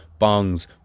bongs